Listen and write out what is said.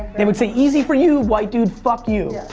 they would say easy for you white dude fuck you.